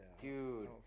Dude